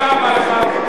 תודה רבה לך.